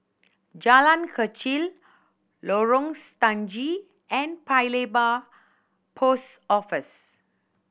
Jalan Kechil Lorong Stangee and Paya Lebar Post Office